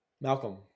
Malcolm